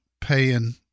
paying